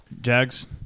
Jags